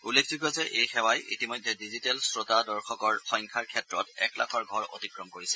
উল্লেখযোগ্য যে এই সেৱাই ইতিমধ্যে ডিজিটেল শ্ৰোতা দৰ্শকৰ সংখ্যাৰ ক্ষেত্ৰত এক লাখৰ ঘৰ অতিক্ৰম কৰিছে